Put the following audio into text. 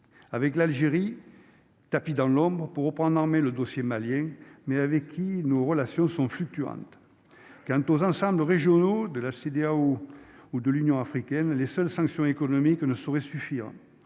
avec l'Algérie, tapi dans l'ombre ou pour reprendre le dossier malien, mais avec qui, nos relations sont fluctuantes quant aux ensembles régionaux de la CEDEAO ou de l'Union africaine, les seules sanctions économiques ne saurait suffire,